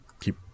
keep